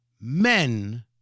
men